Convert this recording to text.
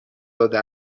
داده